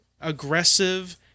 aggressive